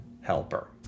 helper